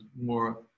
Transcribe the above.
more